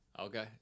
Okay